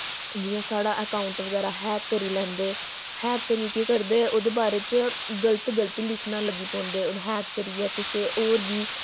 जि'यां साढ़ा अकाउंट बगैरा हैक करी लैंदे हैक करियै केह् करदे ओह्दे बारे च गल्त गल्त लिखना लग्गी पौंदे हैक करियै कुसै होर गी